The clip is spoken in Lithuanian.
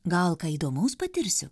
gal ką įdomaus patirsiu